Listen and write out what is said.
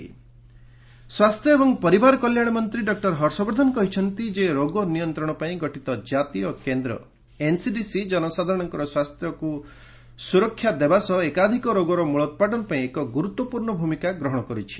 Harshvardhan NCDC ସ୍ୱାସ୍ଥ୍ୟ ଏବଂ ପରିବାର କଲ୍ୟାଣ ମନ୍ତ୍ରୀ ଡକ୍ଟର ହର୍ଷବର୍ଦ୍ଧନ କହିଛନ୍ତି ଯେ ରୋଗ ନିୟନ୍ତ୍ରଣ ପାଇଁ ଗଠିତ କାତୀୟ କେନ୍ଦ୍ର ଏନ୍ସିଡିସି ଜନସାଧାରଣଙ୍କର ସ୍ୱାସ୍ଥ୍ୟ ସୁରକ୍ଷା ସହ ଏକାଧିକ ରୋଗର ମୂଳୋତ୍ପାଟନ ପାଇଁ ଏକ ଗୁରୁତ୍ୱପୂର୍ଣ୍ଣ ଭୂମିକା ଗ୍ରହଣ କରିଛି